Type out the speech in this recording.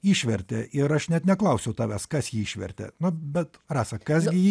išvertė ir aš net neklausiau tavęs kas jį išvertė nu bet rasa kas gi jį